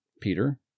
peter